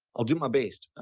i'll do my best.